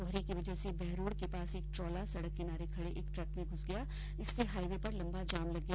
कोहरे की वजह से बहरोड़ के पास एक ट्रोला सड़क किनारे खडे एक ट्रक में घूस गया इससे हाईवे पर लम्बा जाम लग गया